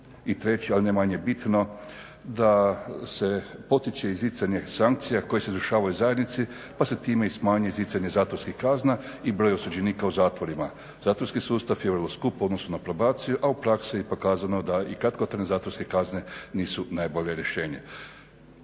treći ali ne manje bitno, da se potiče izricanje sankcija koje se dešavaju u zajednici pa se time i smanjuje izricanje zatvorskih kazna i broj osuđenika u zatvorima. Zatvorski sustav je vrlo skup u odnosu na probaciju a u praksi je pokazano da i kratkotrajne zatvorske kazne nisu najbolje rješenje.